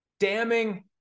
Damning